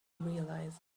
realized